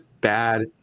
bad